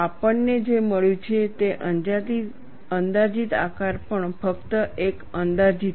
આપણને જે મળ્યું છે તે અંદાજિત આકાર પણ ફક્ત એક અંદાજિત છે